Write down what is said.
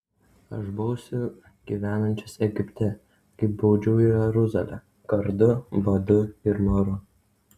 aš bausiu gyvenančius egipte kaip baudžiau jeruzalę kardu badu ir maru